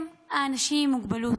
הם, האנשים עם מוגבלות,